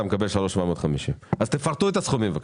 אתה מקבל 3,750. תפרטו את הסכומים בבקשה.